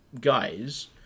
guys